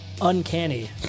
uncanny